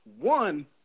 one